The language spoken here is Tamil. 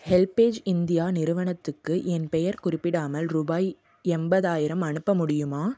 ஹெல்பேஜ் இந்தியா நிறுவனத்துக்கு என் பெயர் குறிப்பிடாமல் ரூபாய் எண்பதாயிரம் அனுப்ப முடியுமா